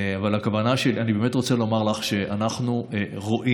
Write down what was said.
אני באמת רוצה לומר לך שאנחנו רואים,